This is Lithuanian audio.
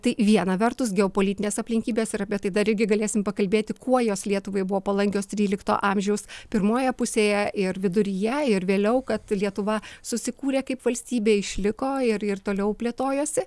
tai viena vertus geopolitinės aplinkybės ir apie tai dar irgi galėsim pakalbėti kuo jos lietuvai buvo palankios trylikto amžiaus pirmoje pusėje ir viduryje ir vėliau kad lietuva susikūrė kaip valstybė išliko ir ir toliau plėtojosi